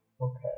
Okay